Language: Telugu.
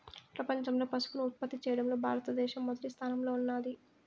ప్రపంచంలో పసుపును ఉత్పత్తి చేయడంలో భారత దేశం మొదటి స్థానంలో ఉన్నాది